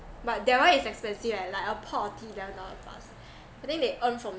but that one is expensive right like a pot of tea eleven dollar plus I think they earn from